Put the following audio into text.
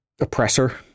oppressor